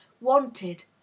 wanted